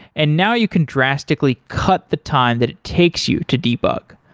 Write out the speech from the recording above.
and now you can drastically cut the time that it takes you to debug.